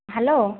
hello